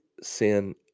sin